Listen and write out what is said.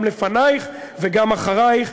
גם לפנייך וגם אחרייך.